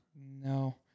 no